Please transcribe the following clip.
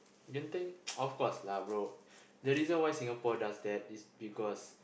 Genting of course lah bro the reason why Singapore does that is because